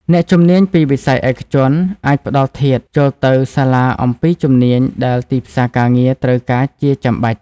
អ្នកជំនាញពីវិស័យឯកជនអាចផ្តល់ធាតុចូលទៅសាលាអំពីជំនាញដែលទីផ្សារការងារត្រូវការជាចាំបាច់។